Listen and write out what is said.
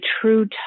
true